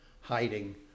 hiding